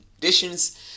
conditions